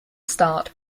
start